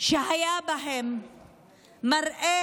שהיה בהם מראה